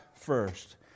first